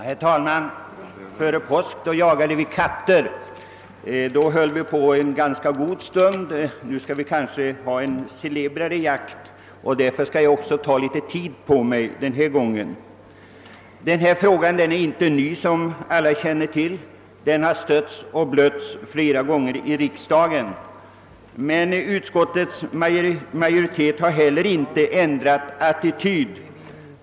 Herr talman! Före påsk diskuterade vi här jakten på katter och höll på med det en ganska lång stund. Nu skall vi diskutera en mera celeber jakt, och därför skall jag denna gång ta litet längre tid på mig. Den fråga vi nu behandlar är som alla vet inte ny. Den har stötts och blötts flera gånger här i riksdagen. Men utskottsmajoriteten har aldrig ändrat attityd.